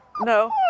No